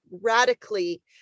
radically